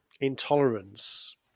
intolerance